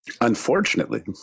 unfortunately